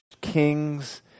Kings